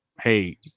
hey